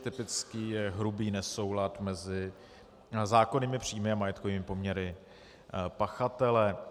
Typický je hrubý nesoulad mezi zákonnými příjmy a majetkovými poměry pachatele.